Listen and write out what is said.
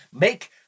make